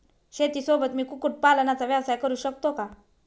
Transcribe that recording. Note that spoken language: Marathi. शेतीसोबत मी कुक्कुटपालनाचा व्यवसाय करु शकतो का?